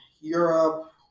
europe